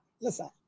listen